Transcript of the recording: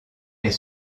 est